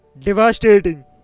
devastating